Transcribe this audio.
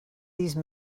these